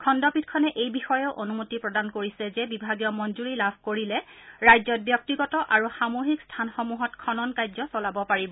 খণ্ডপীঠখনে এই বিষয়েও অনুমতি প্ৰদান কৰিছে যে বিভাগীয় মঞ্জৰী লাভ কৰিলে ৰাজ্যত ব্যক্তিগত আৰু সামুহিক স্থানসমূহত খন কাৰ্য্য চলাব পাৰিব